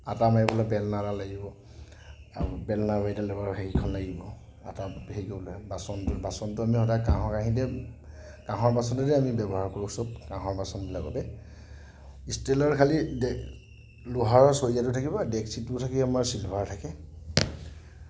আটা মাৰিবলৈ বেল্নাডাল লাগিব আৰু বেল্না মাৰিডাল তাৰ পৰা হেৰিখন লাগিব আটা হেৰি কৰিবলৈ বাচন বাচনটো আমি সদায় কাঁহৰ কাঁহীতে কাঁহৰ বাচনতে আমি ব্যৱহাৰ কৰোঁ সব কাঁহৰ বাচনবিলাকতে ষ্টিলৰ খালী দে লোহাৰৰ চৰীয়াটো থাকিব ডেকচিটো থাকেই আমাৰ চিলভাৰৰ থাকে